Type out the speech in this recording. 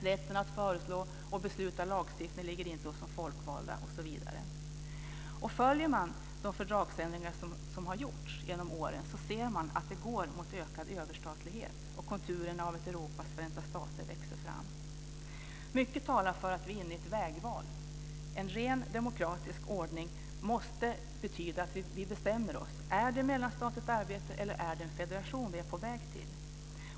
Rätten att föreslå och besluta om lagstiftning ligger inte hos de folkvalda, osv. Om man följer de fördragsändringar som har gjorts genom åren så ser man att det går mot ökad överstatlighet, och konturerna av ett Europas förenta stater växer fram. Mycket talar för att vi är inne i ett vägval. En ren demokratisk ordning måste betyda att vi bestämmer oss: Är det ett mellanstatligt arbete eller är det en federation vi är på väg mot?